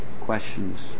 questions